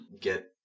get